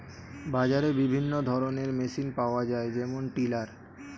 বাজারে বিভিন্ন ধরনের মেশিন পাওয়া যায় যেমন টিলার